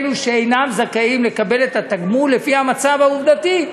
שאינם זכאים לקבל את התגמול לפי המצב העובדתי,